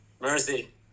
Mercy